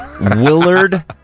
Willard